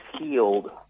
healed